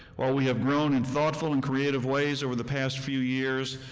while we have grown in thoughtful and creative ways over the past few years,